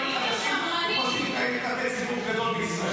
שהיא מתנהגת כלפי ציבור גדול בישראל.